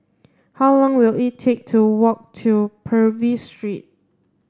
how long will it take to walk to Purvis Street